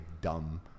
dumb